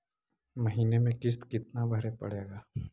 महीने में किस्त कितना भरें पड़ेगा?